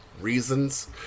reasons